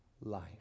life